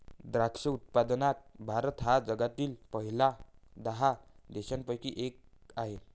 द्राक्ष उत्पादनात भारत हा जगातील पहिल्या दहा देशांपैकी एक आहे